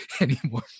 anymore